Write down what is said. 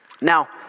now